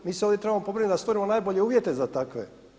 Mi se ovdje trebamo pobrinuti da stvorimo najbolje uvjete za takve.